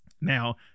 Now